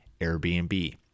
Airbnb